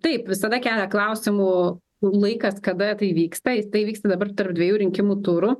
taip visada kelia klausimų laikas kada tai vyksta tai vyksta dabar tarp dviejų rinkimų turų